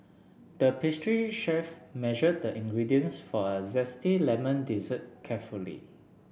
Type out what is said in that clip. the pastry chef measured the ingredients for a zesty lemon dessert carefully